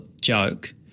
joke